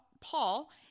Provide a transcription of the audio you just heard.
Paul